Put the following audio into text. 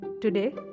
Today